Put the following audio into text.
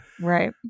Right